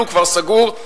הוא סגור,